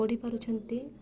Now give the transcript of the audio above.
ପଢ଼ିପାରୁଛନ୍ତି